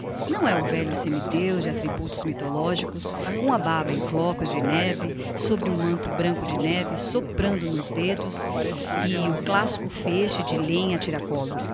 não é o velho semi deus de attributos mythologicos com a barba em flocos de neve sobre o manto branco de neve soprando nos dedos e o classico feixe de lenha a tiracollo